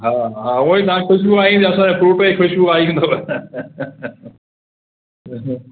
हा हा उहो ई तव्हां खे ख़ुशबू आई त असांजे फ्रूट जी ख़ुशबू आई हूंदव